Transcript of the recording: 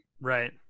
right